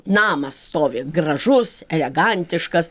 namas stovi gražus elegantiškas